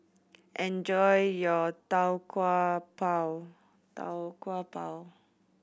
enjoy your Tau Kwa Pau Tau Kwa Pau